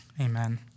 amen